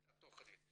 את התכנית.